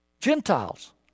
Gentiles